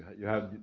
you have,